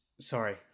sorry